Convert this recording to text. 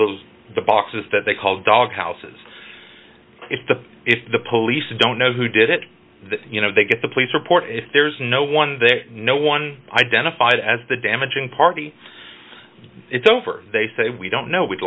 on the boxes that they called doghouses if the if the police don't know who did it you know they get the police report if there's no one there no one identified as the damaging party it's over they say we don't know we'd